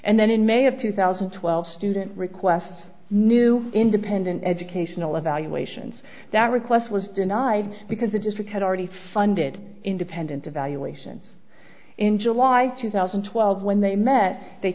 and then in may of two thousand and twelve student requests new independent educational evaluations that request was denied because the district had already funded independent evaluation in july two thousand and twelve when they met they